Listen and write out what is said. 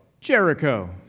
Jericho